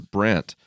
Brent